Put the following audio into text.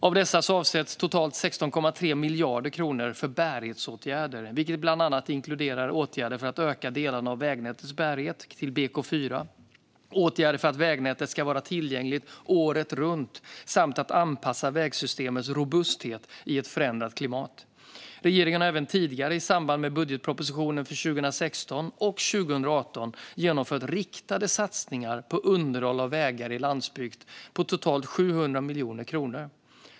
Av dessa avsätts totalt 16,3 miljarder kronor för bärighetsåtgärder, vilket bland annat inkluderar åtgärder för att öka delar av vägnätets bärighet till BK4 och åtgärder för att vägnätet ska vara tillgängligt året runt samt för att anpassa vägsystemets robusthet i ett förändrat klimat. Regeringen har även tidigare i samband med budgetpropositionen för 2016 och 2018 genomfört riktade satsningar på underhåll av vägar i landsbygd på totalt 700 miljoner kronor.